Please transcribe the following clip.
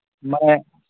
ᱢᱟᱱᱮ